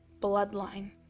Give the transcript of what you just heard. bloodline